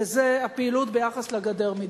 וזה הפעילות ביחס לגדר בדרום.